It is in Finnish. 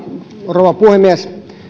rouva puhemies